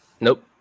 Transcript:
Nope